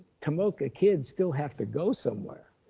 tomoka kids still have to go somewhere.